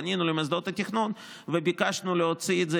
פנינו למוסדות התכנון וביקשנו להוציא את זה